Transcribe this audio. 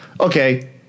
okay